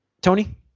Tony